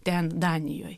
ten danijoj